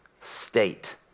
state